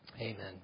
Amen